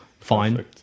Fine